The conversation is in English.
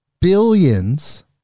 billions